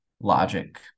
logic